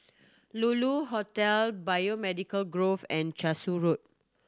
Lulu Hotel Biomedical Grove and Cashew Road